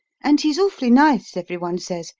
and he's awfully nice, every one says,